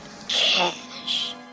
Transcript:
Cash